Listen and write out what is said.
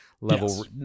level